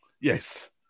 Yes